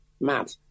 Mad